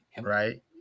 Right